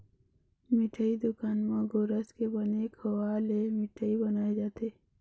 मिठई दुकान म गोरस के बने खोवा ले मिठई बनाए जाथे